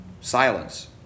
Silence